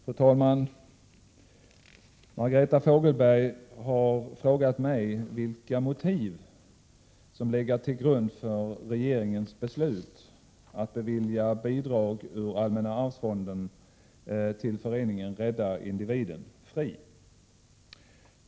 Fru talman! Margareta Fogelberg har frågat mig vilka motiv som legat till grund för regeringens beslut att bevilja bidrag ur Allmänna arvsfonden till Föreningen Rädda individen, FRI.